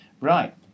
Right